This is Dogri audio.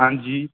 आं जी